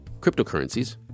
cryptocurrencies